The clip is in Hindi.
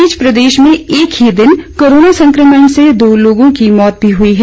इस बीच प्रदेश में एक ही दिन कोरोना संक्रमण से दो लोगों की मौत भी हुई है